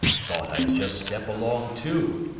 thought i'd just step along, too.